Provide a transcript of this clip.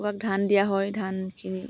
কুকুৰাক ধান দিয়া হয় ধানখিনি